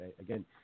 Again